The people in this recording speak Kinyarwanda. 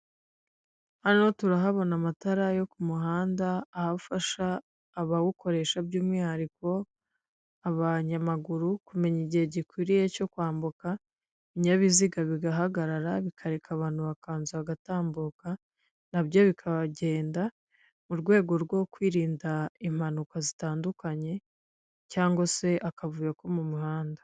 Hano turahabona amatara yo ku muhanda ahafasha abawukoresha by'umwihariko abanyamaguru kumenya igihe gikwiriye cyo kwambuka, ibinyabiziga bigahagarara bikareka abantu bakanza bagatambuka nabyo bikagenda mu rwego rwo kwirinda impanuka zitandukanye cyangwag se akavuyo ko mu muhanda.